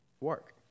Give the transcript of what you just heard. work